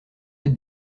être